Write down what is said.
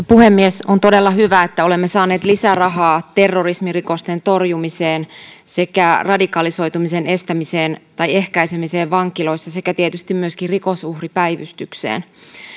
puhemies on todella hyvä että olemme saaneet lisärahaa terrorismirikosten torjumiseen sekä radikalisoitumisen ehkäisemiseen vankiloissa sekä tietysti myöskin rikosuhripäivystykseen